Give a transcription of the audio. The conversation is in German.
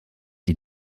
die